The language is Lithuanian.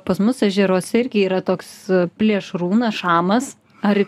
pas mus ežeruose irgi yra toks plėšrūnas šamas ar